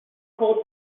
called